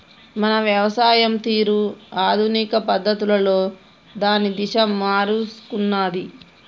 మన వ్యవసాయం తీరు ఆధునిక పద్ధతులలో దాని దిశ మారుసుకున్నాది